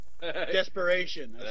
Desperation